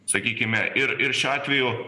sakykime ir ir šiuo atveju